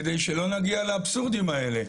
כדי שלא נגיע לאבסורדים האלה.